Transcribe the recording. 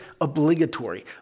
obligatory